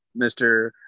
Mr